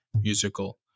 musical